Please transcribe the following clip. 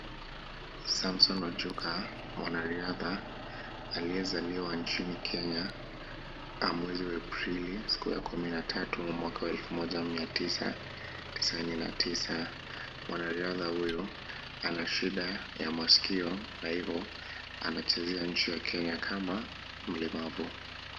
Samson Ochuka, mwanariadha aliyezaliwa nchini Kenya mwezi wa Aprili siku ya kumi na tatu mwaka wa elfu moja mia tisa tisini na tisa. Mwanariadha huyo ana shida ya masikio na hivo anachezea nchi ya Kenya kama mlemavu.